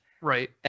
Right